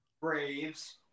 Braves